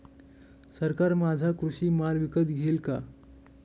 सरकार माझा कृषी माल विकत घेईल का?